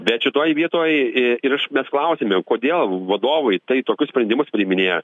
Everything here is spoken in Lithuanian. bet šitoj vietoj ir iš mes klausėm jau kodėl vadovai tai tokius sprendimus priiminėja